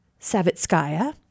Savitskaya